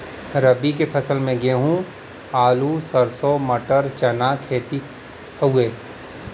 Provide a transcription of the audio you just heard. रबी के फसल में गेंहू, आलू, सरसों, मटर, चना के खेती हउवे